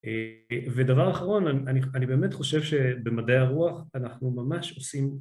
ודבר אחרון, אני באמת חושב שבמדעי הרוח אנחנו ממש עושים